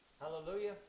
Hallelujah